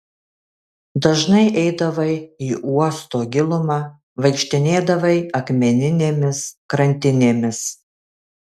dažnai eidavai į uosto gilumą vaikštinėdavai akmeninėmis krantinėmis